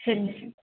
சரிங்க சார்